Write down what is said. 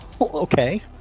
Okay